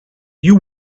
you